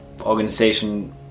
organization